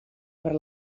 per